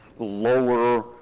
lower